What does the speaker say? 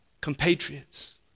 compatriots